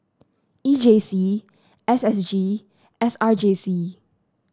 E J C S S G S R J C